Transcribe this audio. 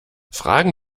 fragen